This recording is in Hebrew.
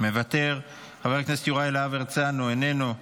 מוותר; חבר הכנסת יוראי להב הרצנו, איננו.